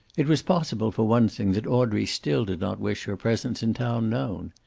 it was possible, for one thing, that audrey still did not wish her presence in town known.